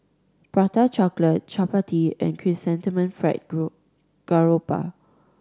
Prata Chocolate chappati and chrysanthemum fried group garoupa